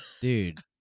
Dude